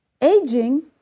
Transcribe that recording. Aging